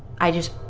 i just,